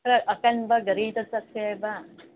ꯈꯔ ꯑꯀꯟꯕ ꯒꯥꯔꯤꯗ ꯆꯠꯁꯦ ꯍꯥꯏꯕ